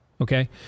Okay